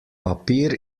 papir